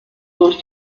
durch